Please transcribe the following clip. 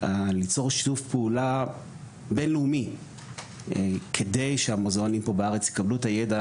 ליצור שיתוף פעולה בינלאומי כדי שהמוזיאונים פה בארץ יקבלו את הידע